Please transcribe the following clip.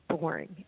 boring